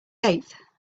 eighth